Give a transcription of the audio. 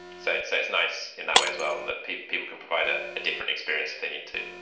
so so it's nice in that way as well and that people people can provide a different experience if they need to